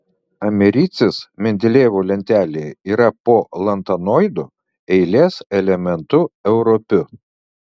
americis mendelejevo lentelėje yra po lantanoidų eilės elementu europiu